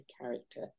character